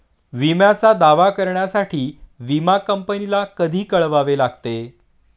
विम्याचा दावा करण्यासाठी विमा कंपनीला कधी कळवावे लागते?